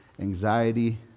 anxiety